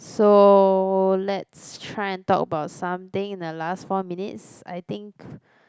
so let's try and talk about something in the last four minutes I think